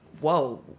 whoa